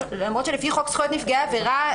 למרות שלפי חוק זכויות נפגעי עבירה,